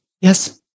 Yes